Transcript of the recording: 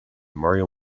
mario